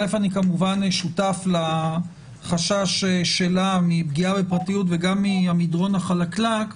אני כמובן שותף לחשש שלה מפגיעה מפרטיות וגם מהמדרון החלקלק,